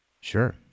Sure